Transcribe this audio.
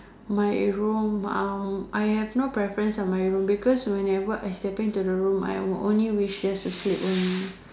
my room um I have no preference on my room because whenever I step into the room I will only wish just to sleep only